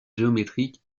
géométriques